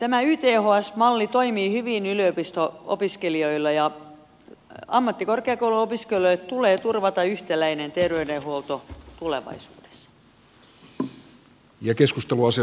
tämä yths malli toimii hyvin yliopisto opiskelijoilla ja ammattikorkeakouluopiskelijoille tulee turvata yhtäläinen terveydenhuolto tulevaisuudessa